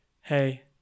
Hey